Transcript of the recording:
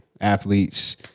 Athletes